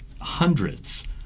hundreds